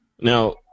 Now